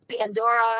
Pandora